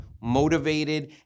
motivated